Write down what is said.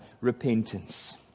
repentance